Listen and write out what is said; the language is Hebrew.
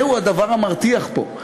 זהו הדבר המרתיח פה.